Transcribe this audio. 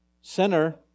Sinner